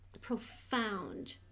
profound